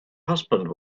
husband